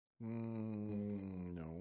No